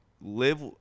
live